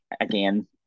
again